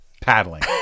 paddling